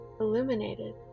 illuminated